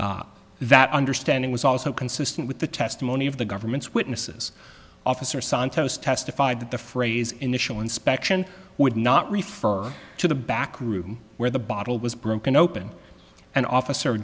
that understanding was also consistent with the testimony of the government's witnesses officer santos testified that the phrase initial inspection would not refer to the back room where the bottle was broken open and officer